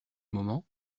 moment